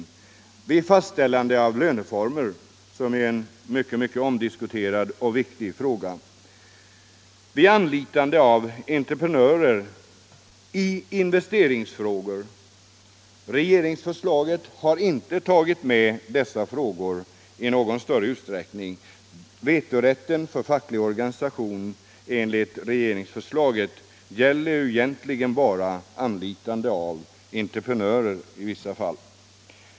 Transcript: Den skall också gälla vid fastställande av löneformer — som är en mycket omdiskuterad och viktig fråga — samt vid anlitande av entreprenörer och i investeringsfrågor. Regeringsförslaget har inte tagit med dessa frågor i någon större utsträckning. Vetorätten för facklig organisation enligt regeringsförslaget gäller egentligen bara anlitande av entreprenörer i vissa fall.